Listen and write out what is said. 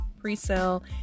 pre-sale